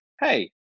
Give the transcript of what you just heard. Hey